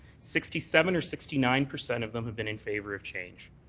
sixty seven or sixty nine percent of them have been in favour of change.